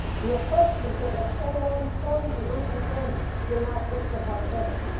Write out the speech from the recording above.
the affections that had so long clung to earthly things they now fixed upon heaven.